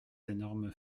énormes